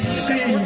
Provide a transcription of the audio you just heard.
see